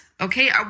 Okay